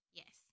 yes